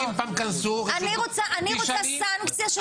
אני רוצה סנקציה.